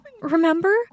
Remember